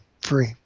free